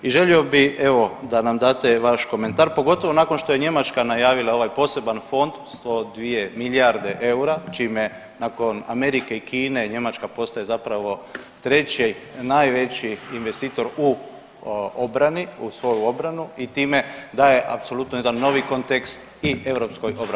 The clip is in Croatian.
I želio bi evo da nam date vaš komentar pogotovo nakon što je Njemačka najavila ovaj poseban fond 102 milijarde eura čime nakon Amerike i Kine i Njemačka postaje zapravo treći najveći investitor u obrani u svoju obranu i time daje apsolutno jedan novi kontekst i europskoj obrambenoj politici.